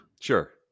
Sure